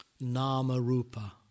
Nama-rupa